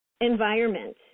environment